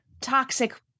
toxic